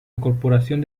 incorporación